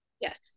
Yes